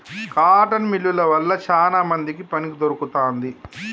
cotton మిల్లువ వల్ల శానా మందికి పని దొరుకుతాంది